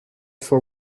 for